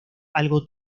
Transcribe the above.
algo